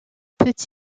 peut